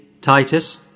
Titus